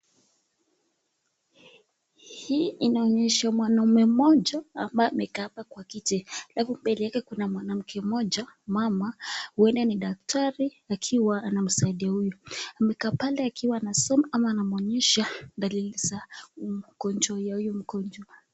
Hii inaonyesha mwanaume mmoja ambaye amekaa hapa kwa kiti. Alafu mbele yake kuna mwanamke mmoja, mama ueda ni daktari akiwa anamsaidia huyu. Amekaa pale akiwa anasoma ama anamuonyesha dalili za ugonjwa ya huyu mgonjwa.